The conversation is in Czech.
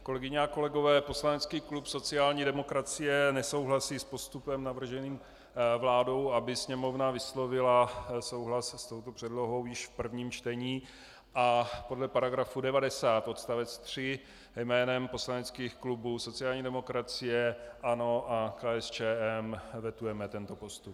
Kolegyně a kolegové, poslanecký klub sociální demokracie nesouhlasí s postupem navrženým vládou, aby Sněmovna vyslovila souhlas s touto předlohou již v prvním čtení, a podle § 90 odst. 3 jménem poslaneckých klubů sociální demokracie, ANO a KSČM vetujeme tento postup.